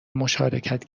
مشارکت